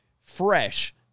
fresh